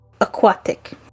aquatic